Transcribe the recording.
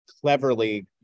cleverly